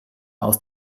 aus